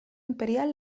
imperial